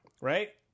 right